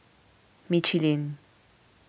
Michelin